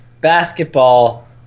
basketball